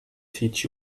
teach